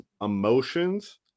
emotions